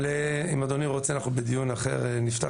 אבל אם אדוני רוצה אנחנו בדיון אחר נפתח